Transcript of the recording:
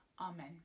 Amen